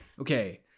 Okay